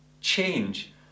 change